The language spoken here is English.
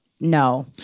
no